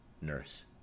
Nurse